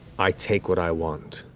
i take what i want.